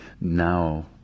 Now